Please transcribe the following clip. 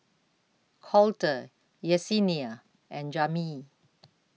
Colter Yesenia and Jami